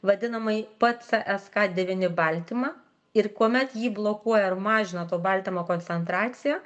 vadinamąjį p c s k devyni baltymą ir kuomet jį blokuoja ar mažina to baltymo koncentraciją